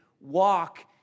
walk